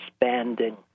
expanding